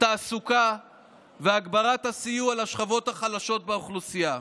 תעסוקה והגברת הסיוע לשכבות החלשות באוכלוסייה.